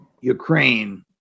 Ukraine